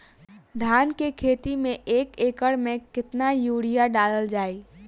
धान के खेती में एक एकड़ में केतना यूरिया डालल जाई?